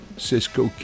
Cisco